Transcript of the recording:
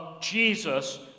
Jesus